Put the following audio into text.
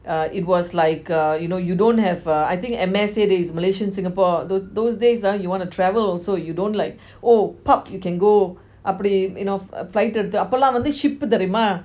uh it was like uh you know you don't have a I think M_S malaysian singapore those those days ah you want to travel also you don't like oh park you can go அப்பிடி:apidi you know flight எடுத்து அப்போல்லாம்:eaduthu apolam ship தெரியுமா:teriyuma